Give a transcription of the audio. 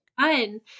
fun